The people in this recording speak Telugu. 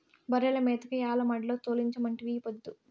బర్రెల మేతకై ఆల మడిలో తోలించమంటిరి ఈ పొద్దు